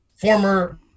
former